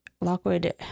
lockwood